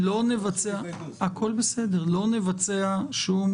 אנחנו ממשיכים